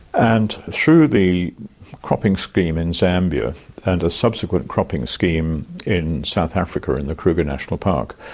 and through the cropping scheme in zambia and a subsequent cropping scheme in south africa in the kruger national park,